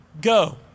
go